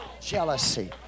jealousy